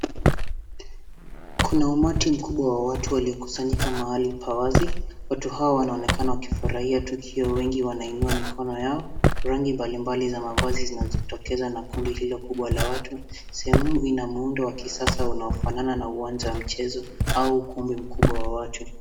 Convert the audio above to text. Kuna umati mkubwa wa watu waliokusanyika mahali pa wazi, watu hawa wanaonekana wamefurahia tukio wengi wanainua mikono yao, rangi mbalimbali za mavazi zinajitokeza na kundi hilo kubwa la watu, sehemu ina muundo wa kisasa unaofanana na uwanja wa michezo au ukumbi mkubwa wa watu.